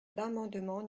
l’amendement